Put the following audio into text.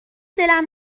دلم